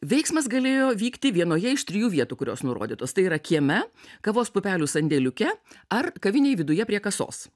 veiksmas galėjo vykti vienoje iš trijų vietų kurios nurodytos tai yra kieme kavos pupelių sandėliuke ar kavinėj viduje prie kasos